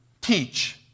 teach